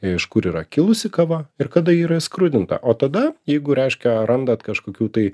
iš kur yra kilusi kava ir kada yra skrudinta o tada jeigu reiškia randat kažkokių tai